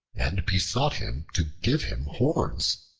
and besought him to give him horns.